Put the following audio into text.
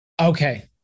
Okay